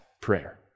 prayer